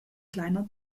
kleiner